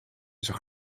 zag